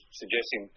suggesting